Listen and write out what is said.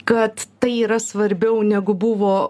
kad tai yra svarbiau negu buvo